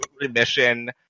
remission